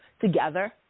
together